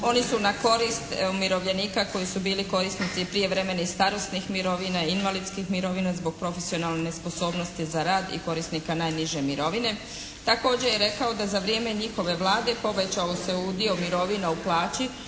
Oni su na korist umirovljenika koji su bili korisnici prijevremene i starosnih mirovina i invalidskih mirovina zbog profesionalne nesposobnosti za rad i korisnika najniže mirovine. Također je rekao da za vrijeme njihove Vlade povećao se udio mirovina u plaći.